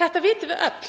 Þetta vitum við öll.